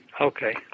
Okay